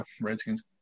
Redskins